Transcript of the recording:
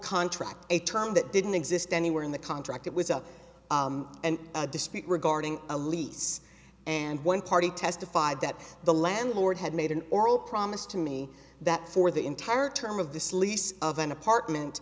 contract a term that didn't exist anywhere in the contract it was out and a dispute regarding a lease and one party testified that the landlord had made an oral promise to me that for the entire term of this lease of an apartment